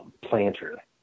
planter